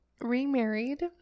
remarried